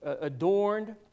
adorned